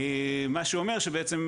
מה שאומר שבעצם,